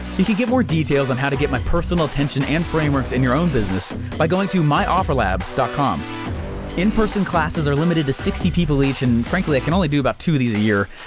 you could get more details on how to get my personal attention and frameworks in your own business by going to myofferlab dot com in person classes are limited to sixty people each and frankly i can only do about two of these a year.